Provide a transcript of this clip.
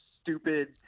stupid